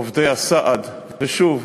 עובדי הסעד, ושוב,